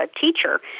teacher